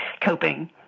coping